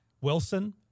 Wilson